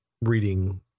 reading